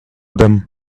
them